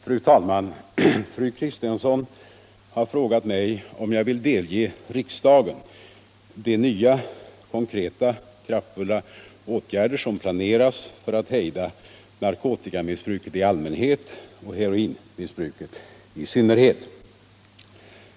Fru talman! Fru Kristensson har frågat mig om jag vill delge riksdagen de nya konkreta, kraftfulla åtgärder som planeras för att hejda narkotikamissbruket i allmänhet och heroinmissbruket i synnerhet.